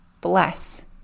bless